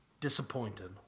disappointed